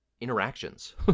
interactions